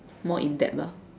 more in depth lah